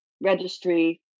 registry